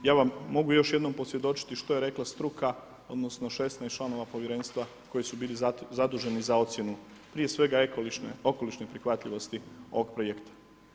Ja vam mogu još jednom posvjedočiti, što je rekla struka, odnosno, 16 članova povjerenstva koji su bili zaduženi za ocjenu, prije svega okolišne prihvatljivosti ovog projekta.